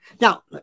Now